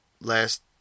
last